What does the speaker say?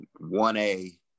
1A